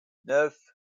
neuf